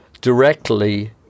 directly